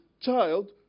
child